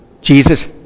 Jesus